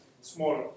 smaller